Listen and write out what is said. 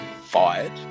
fired